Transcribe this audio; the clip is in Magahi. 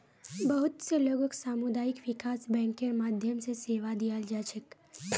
बहुत स लोगक सामुदायिक विकास बैंकेर माध्यम स सेवा दीयाल जा छेक